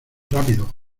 rápido